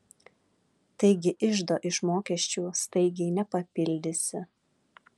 taigi iždo iš mokesčių staigiai nepapildysi